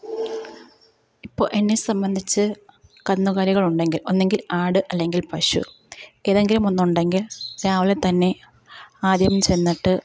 ഇപ്പോള് എന്നെ സംബന്ധിച്ച് കന്നുകാലികളുണ്ടെങ്കിൽ ഒന്നുങ്കിൽ ആട് അല്ലെങ്കിൽ പശു ഏതെങ്കിലുമൊന്നുണ്ടെങ്കിൽ രാവിലെത്തന്നെ ആദ്യം ചെന്നിട്ട്